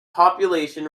population